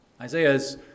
Isaiah's